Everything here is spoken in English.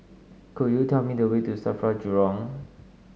could you tell me the way to Safra Jurong